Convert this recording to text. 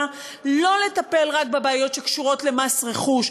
לא לטפל רק בבעיות שקשורות במס רכוש,